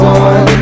on